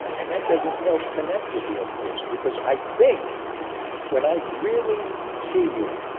and that doesn't help connect with the other person because i think when i really see you,